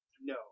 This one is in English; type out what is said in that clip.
No